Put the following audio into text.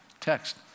text